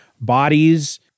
bodies